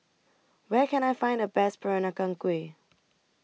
Where Can I Find The Best Peranakan Kueh